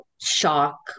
shock